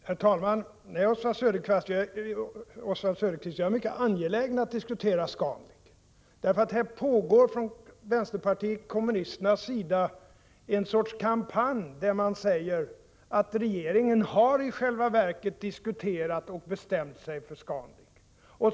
Herr talman! Jag är visst mycket angelägen, Oswald Söderqvist, att diskutera Scan Link. Från vpk:s sida pågår en sorts kampanj. Man säger att regeringen i själva verket har bestämt sig för Scan Link.